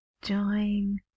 join